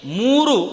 muru